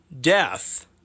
death